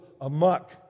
amok